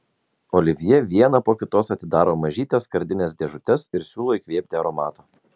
olivjė vieną po kitos atidaro mažytes skardines dėžutes ir siūlo įkvėpti aromato